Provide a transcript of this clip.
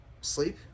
sleep